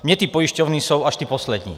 Mně ty pojišťovny jsou až ty poslední.